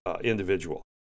individual